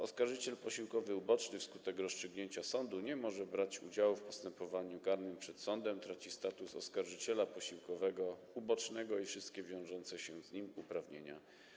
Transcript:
Oskarżyciel posiłkowy uboczny wskutek rozstrzygnięcia sądu nie może brać udziału w postępowaniu karnym przed sądem, traci status oskarżyciela posiłkowego ubocznego i wszystkie wiążące się z nim uprawnienia.